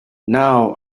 now